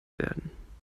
werden